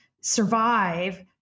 survive